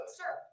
sir